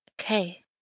Okay